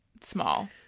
small